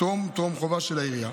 טרום-טרום-חובה של העירייה,